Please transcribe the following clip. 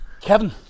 Kevin